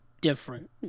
different